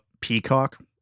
Peacock